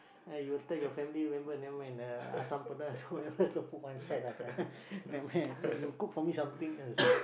ah you will tell your family member never mind uh Asam Pedas whatever put one side ah never mind you cook for me something else